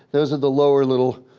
those are the lower little,